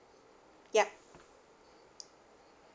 yup